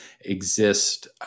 exist